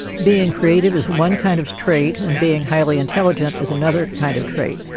being creative is one kind of trait and being highly intelligent is another kind of trait.